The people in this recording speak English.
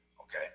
Okay